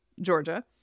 Georgia